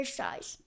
size